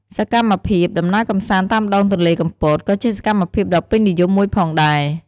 សកម្មភាពដំណើរកម្សាន្តតាមដងទន្លេកំពត ក៏ជាសកម្មភាពដ៏ពេញនិយមមួយផងដែរ។